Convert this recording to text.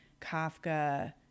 Kafka